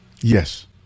Yes